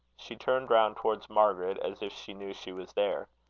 she turned round towards margaret, as if she knew she was there.